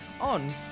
on